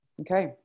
Okay